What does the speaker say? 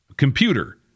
computer